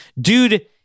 dude